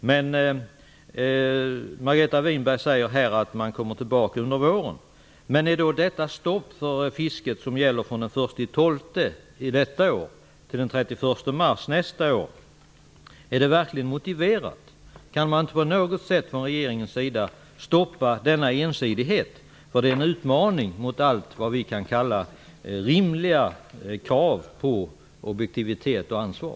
Margareta Winberg säger att man kommer tillbaka under våren. Är detta stopp för fisket som gäller från den 1 december i år till den 31 mars nästa år verkligen motiverat? Kan man inte på något sätt från regeringens sida stoppa detta ensidiga beslut, för det är en utmaning mot allt vad vi kan kalla rimliga krav på objektivitet och ansvar?